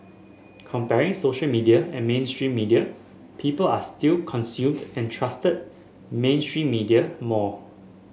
comparing social media and mainstream media people are still consumed and trusted mainstream media more